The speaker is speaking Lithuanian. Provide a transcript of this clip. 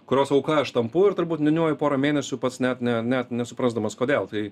kurios auka aš tampu ir turbūt niūniuoju porą mėnesių pats net ne net nesuprasdamas kodėl tai